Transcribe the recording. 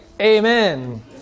amen